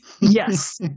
Yes